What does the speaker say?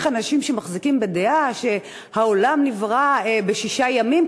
איך האנשים מחזיקים בדעה שהעולם נברא בשישה ימים,